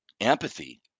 Empathy